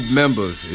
members